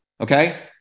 Okay